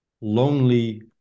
lonely